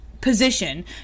position